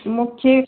त मूंखे